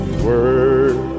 word